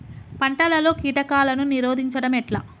పంటలలో కీటకాలను నిరోధించడం ఎట్లా?